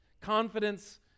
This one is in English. confidence